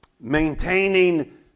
maintaining